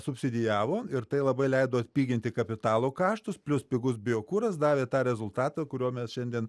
subsidijavo ir tai labai leido atpiginti kapitalo kaštus plius pigus biokuras davė tą rezultatą kuriuo mes šiandien